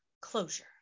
closure